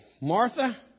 Martha